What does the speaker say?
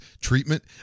treatment